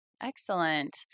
Excellent